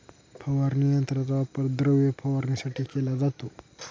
फवारणी यंत्राचा वापर द्रव फवारणीसाठी केला जातो